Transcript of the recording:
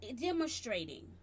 demonstrating